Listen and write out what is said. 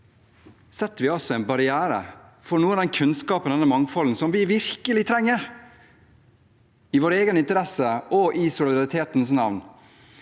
setter vi opp en barriere for noe av denne kunnskapen og dette mangfoldet som vi virkelig trenger – i vår egen interesse og i solidaritetens navn.